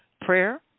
Prayer